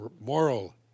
moral